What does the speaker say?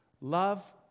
Love